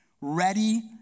ready